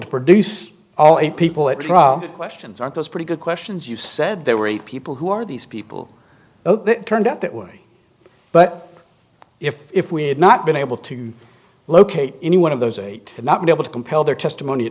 to produce all the people at trial questions aren't those pretty good questions you said there were eight people who are these people turned out that way but if we had not been able to locate any one of those eight had not been able to compel their testimony a